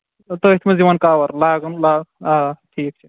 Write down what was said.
تٔتھۍ منٛز یوان کَور لاگُن لا آ ٹھیٖک چھُ